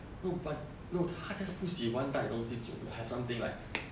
no but no 他 just 不喜欢带东西走 has something like